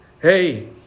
Hey